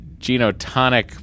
genotonic